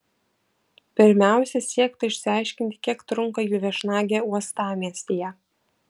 pirmiausia siekta išsiaiškinti kiek trunka jų viešnagė uostamiestyje